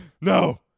No